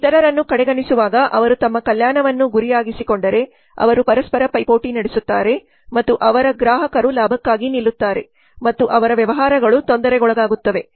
ಇತರರನ್ನು ಕಡೆಗಣಿಸುವಾಗ ಅವರು ತಮ್ಮ ಕಲ್ಯಾಣವನ್ನು ಗುರಿಯಾಗಿಸಿಕೊಂಡರೆ ಅವರು ಪರಸ್ಪರ ಪೈಪೋಟಿ ನಡೆಸುತ್ತಾರೆ ಮತ್ತು ಅವರ ಗ್ರಾಹಕರು ಲಾಭಕ್ಕಾಗಿ ನಿಲ್ಲುತ್ತಾರೆ ಮತ್ತು ಅವರ ವ್ಯವಹಾರಗಳು ತೊಂದರೆಗೊಳಗಾಗುತ್ತವೆ